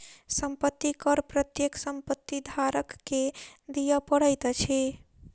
संपत्ति कर प्रत्येक संपत्ति धारक के दिअ पड़ैत अछि